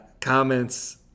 comments